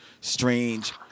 strange